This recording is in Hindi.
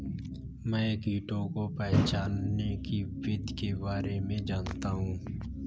मैं कीटों को पहचानने की विधि के बारे में जनता हूँ